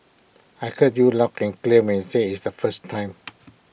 I heard you loud and clear when you said IT the first time